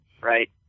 right